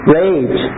rage